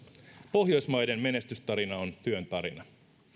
pohjoismaiden menestystarina on työn tarina